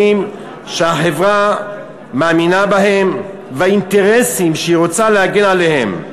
שהחברה מאמינה בהם והאינטרסים שהיא רוצה להגן עליהם.